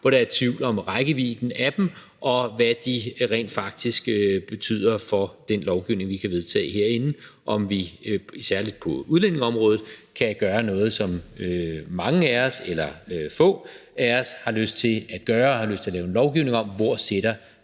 hvor der er tvivl om rækkevidden af dem, og hvad de rent faktisk betyder for den lovgivning, vi kan vedtage herinde, i forhold til om vi særlig på udlændingeområdet kan gøre noget, som mange af os eller få af os har lyst til at gøre i forhold til at have lyst til at lave en lovgivning – altså hvor sætter